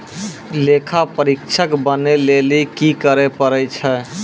लेखा परीक्षक बनै लेली कि करै पड़ै छै?